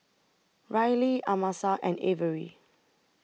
Rylee Amasa and Averi